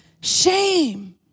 shame